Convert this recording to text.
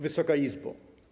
Wysoka Izbo!